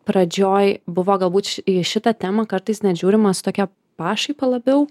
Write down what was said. pradžioj buvo galbūt į šitą temą kartais net žiūrima su tokia pašaipa labiau